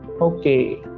Okay